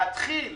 להתחיל